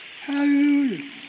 Hallelujah